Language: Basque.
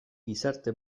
gizarte